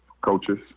coaches